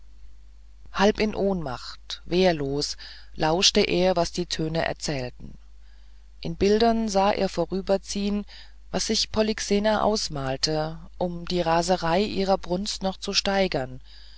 halb in ohnmacht wehrlos lauschte er was die töne erzählten in bildern sah er vorüberziehen was sich polyxena ausmalte um die raserei ihrer brunst noch zu steigern